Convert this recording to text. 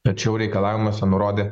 tačiau reikalavimuose nurodė